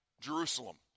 Jerusalem